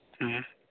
ᱦᱮᱸ